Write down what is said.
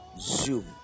zoom